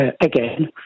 again